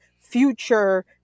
future